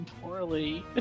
poorly